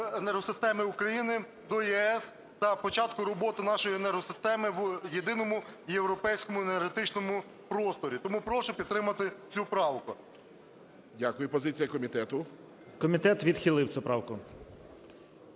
енергосистеми України до ЄС та початку роботи нашої енергосистеми в єдиному європейському енергетичному просторі. Тому прошу підтримати цю правку. ГОЛОВУЮЧИЙ. Дякую. Позиція комітету? 11:57:57 ГЕРУС А.М. Комітет відхилив цю правку.